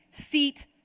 seat